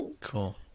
Cool